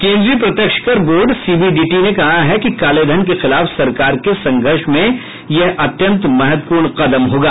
केन्द्रीय प्रत्यक्ष कर बोर्ड सीबीडीटी ने कहा है कि काले धन के खिलाफ सरकार के संघर्ष में यह अत्यंत महत्वपूर्ण कदम होगा